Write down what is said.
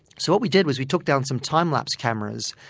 so what we did was we took down some timelapse cameras,